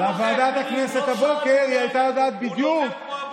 לוועדת הכנסת הבוקר, היא הייתה יודעת בדיוק.